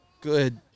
good